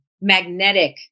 Magnetic